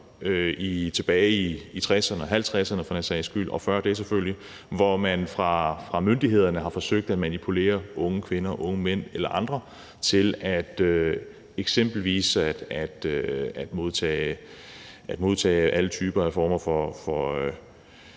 tilbage i 1960'erne og 1950'erne for den sags skyld, og før det selvfølgelig, hvor man fra myndighedernes side har forsøgt at manipulere unge kvinder og unge mænd eller andre til eksempelvis at modtage alle former for